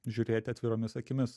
žiūrėti atviromis akimis